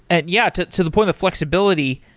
and yeah, to to the point of flexibility,